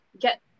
get